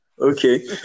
okay